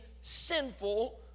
sinful